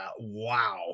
wow